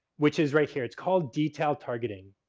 which is right here. it's called detail targeting.